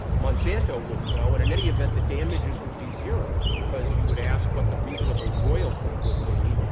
monsanto wouldn't know, and in any event, the damages would be zero because you would ask what the reasonable royalty would be,